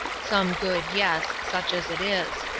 some good, yes such as it is.